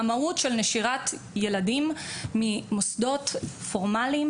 המהות של נשירת ילדים ממוסדות פורמליים